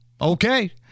Okay